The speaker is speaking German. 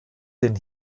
den